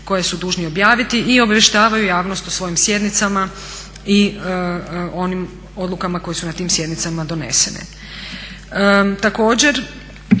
koje su dužni objaviti i obavještavaju javnost o svojim sjednicama i onim odlukama koje su na tim sjednicama donesene.